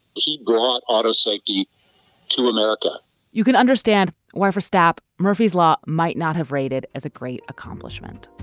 he brought auto safety to america you can understand why for stop, murphy's law might not have rated as a great accomplishment